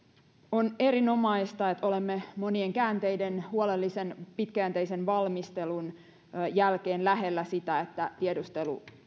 on erinomaista että olemme monien käänteiden huolellisen pitkäjänteisen valmistelun jälkeen lähellä sitä että tiedustelulait